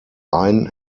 ein